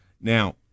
Now